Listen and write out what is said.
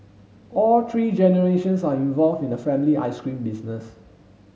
all three generations are involved in the family ice cream business